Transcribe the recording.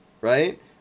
Right